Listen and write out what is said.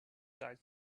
died